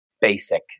basic